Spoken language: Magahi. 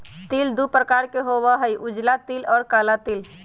तिल दु प्रकार के होबा हई उजला तिल और काला तिल